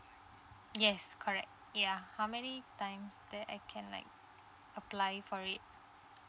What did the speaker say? yes correct yeah how many time that I can like apply for it